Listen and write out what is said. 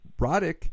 Roddick